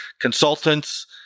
consultants